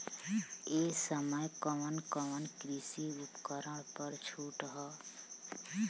ए समय कवन कवन कृषि उपकरण पर छूट ह?